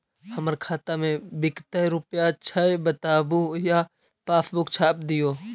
हमर खाता में विकतै रूपया छै बताबू या पासबुक छाप दियो?